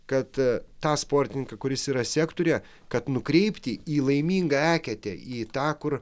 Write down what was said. kad tą sportininką kuris yra sektoriuje kad nukreipti į laimingą eketę į tą kur